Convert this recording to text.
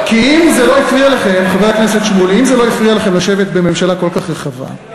שאתם לא ממש ידעתם מה הם עושים ועל מה הם מופקדים,